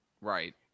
right